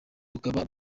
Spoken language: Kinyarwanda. tukaba